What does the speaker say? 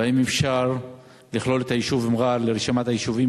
והאם אפשר לכלול את היישוב מע'אר ברשימת היישובים